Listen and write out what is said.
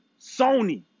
Sony